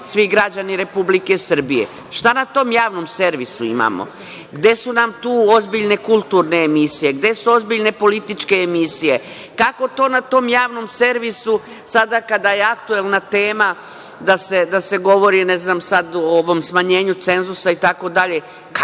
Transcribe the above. svi građani Republike Srbije. Šta na tom javnom servisu imamo? Gde su nam tu ozbiljne kulturne emisije? Gde su ozbiljne političke emisije? Kako to na tom javnom servisu sada kada je aktuelna tema da se govori, ne znam sad, o ovom smanjenju cenzusa itd. Kako